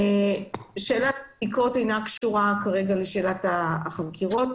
שאלת הבדיקות אינה קשורה כרגע לשאלת החקירות.